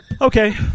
Okay